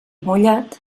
mullat